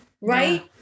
right